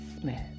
Smith